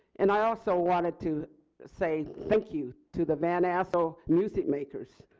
and i also wanted to say thank you to the van asselt music makers